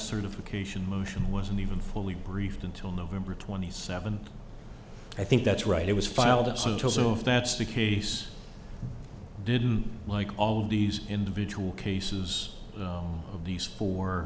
certification motion wasn't even fully briefed until november twenty seventh i think that's right it was filed the suit also if that's the case didn't like all these individual cases of these fo